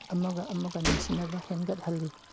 ꯑꯃꯒ ꯑꯃꯒ ꯅꯨꯡꯁꯤꯅꯕ ꯍꯦꯟꯒꯠꯍꯜꯂꯤ